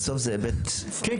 בסוף זה היבט --- כן,